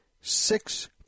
six